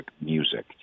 music